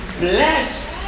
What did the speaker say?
Blessed